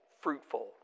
fruitful